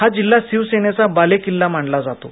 हा जिल्हा शिवसेनेचा बालेकिल्ला मानला जातो